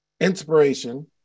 inspiration